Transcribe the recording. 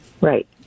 Right